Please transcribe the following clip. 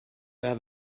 have